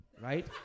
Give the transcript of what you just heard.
Right